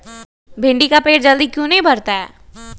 भिंडी का पेड़ जल्दी क्यों नहीं बढ़ता हैं?